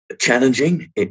challenging